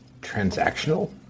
transactional